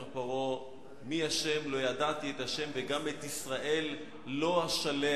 אומר פרעה: "מי ה' --- לא ידעתי את ה' וגם את ישראל לא אשלח".